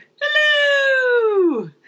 Hello